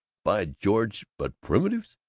by george! but primitives!